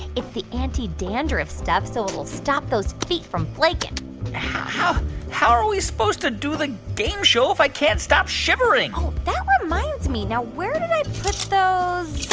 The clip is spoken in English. it's the antidandruff stuff, so it'll stop those feet from flaking how how are we supposed to do the game show if i can't stop shivering? that reminds me. now, where did i put those